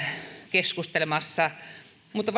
keskustelemassa mutta